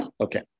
okay